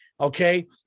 okay